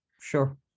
Sure